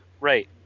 Right